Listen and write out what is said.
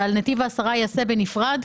שעל נתיב העשרה ייעשה בנפרד,